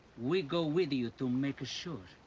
we go with you to make sure.